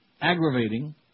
aggravating